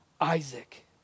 Isaac